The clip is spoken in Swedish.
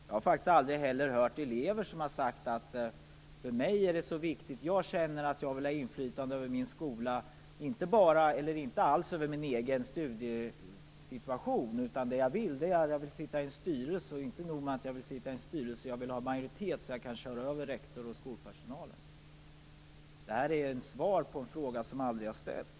Jag har faktiskt aldrig heller hört elever som har sagt: Jag känner att jag vill ha inflytande över min skola - inte alls över min egen studiesituation. Vad jag vill är att sitta i en styrelse, och det är inte nog med det. Jag vill vara i majoritet, så att jag kan köra över rektor och skolpersonal. Det gäller här alltså ett svar på en fråga som aldrig har ställts.